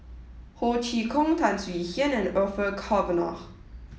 Ho Chee Kong Tan Swie Hian and Orfeur Cavenagh